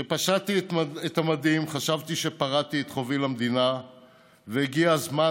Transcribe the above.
כשפשטתי את המדים חשבתי שפרעתי את חובי למדינה והגיע הזמן,